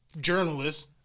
journalists